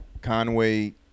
Conway